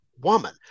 woman